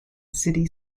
city